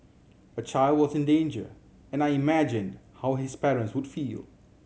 a child was in danger and I imagined how his parents would feel